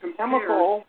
chemical